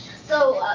so,